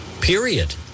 Period